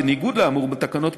בניגוד לאמור בתקנות,